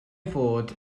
fod